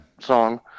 song